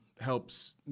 helps